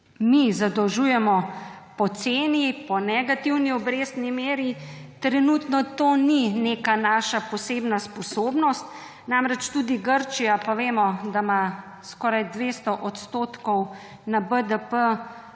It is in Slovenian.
mi zadolžujemo poceni, po negativni obrestni meri, trenutno to ni neka naša posebna sposobnost. Namreč tudi Grčija, pa vemo, da ima skoraj 200 odstotkov na BDP